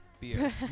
beer